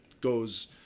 goes